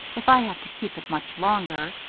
if i have to keep it much longer.